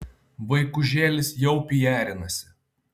vaikužėlis jau pijarinasi